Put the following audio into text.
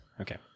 Okay